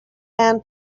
man